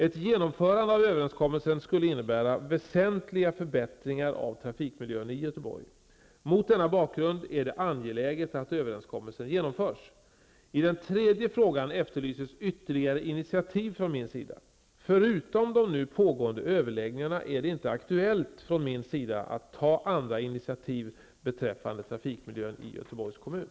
Ett genomförande av överenskommelsen skulle innebära väsentliga förbättringar av trafikmiljön i Göteborg. Mot denna bakgrund är det angeläget att överenskommelsen genomförs. I den tredje frågan efterlyses ytterligare initiativ från min sida. Förutom de nu pågående överläggningarna är det inte aktuellt för mig att ta andra initiativ beträffande trafikmiljön i Göteborgs kommun.